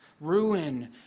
Ruin